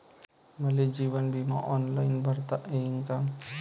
मले जीवन बिमा ऑनलाईन भरता येईन का?